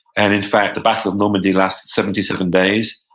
and in fact, the battle of normandy lasts seventy seven days,